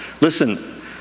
Listen